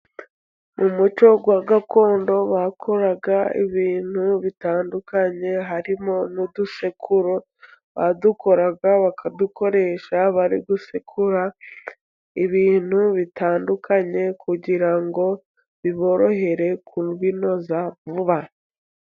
Mu muco wa gakondo bakoraga ibintu bitandukanye harimo n'udusekuro, badukoraga bakadukoresha bari gusekura ibintu bitandukanye kugira ngo biborohere kubinoza vuba.